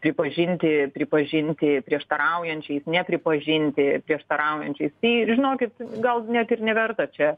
pripažinti pripažinti prieštaraujančiais nepripažinti prieštaraujančiais tai žinokit gal net ir neverta čia